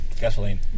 gasoline